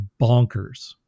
bonkers